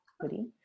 hoodie